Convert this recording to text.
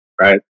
right